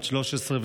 בת 13,